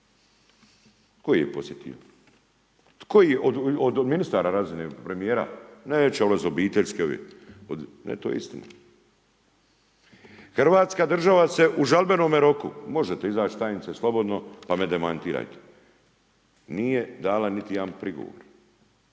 Tko ih je posjetio? Tko ih je od ministara razine, premijera? Neće … /Govornik se ne razumije/… ne to je istina. Hrvatska država se u žalbenome roku, možete izaći tajnice slobodno pa me demantirajte, nije dala niti jedan prigovor.